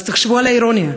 אז תחשבו על האירוניה.